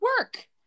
work